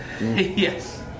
Yes